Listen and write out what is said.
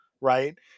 right